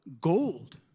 Gold